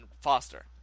Foster